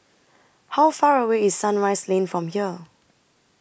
How Far away IS Sunrise Lane from here